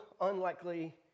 unlikely